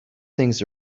things